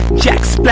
jaxx